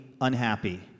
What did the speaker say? Unhappy